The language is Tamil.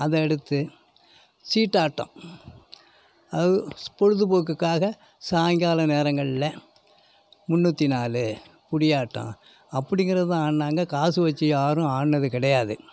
அதை அடுத்து சீட்டாட்டம் அது பொழுதுப்போக்குக்காக சாயங்காலம் நேரங்கள்ல முன்னூற்றி நாலு குடியாட்டம் அப்படிங்குறதுதான் ஆடுனாங்க காசு வச்சு யாரும் ஆடினது கிடையாது